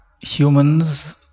humans